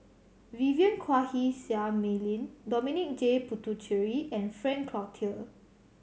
Vivien Quahe Seah Mei Lin Dominic J Puthucheary and Frank Cloutier